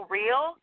real